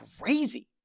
crazy